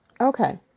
Okay